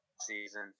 season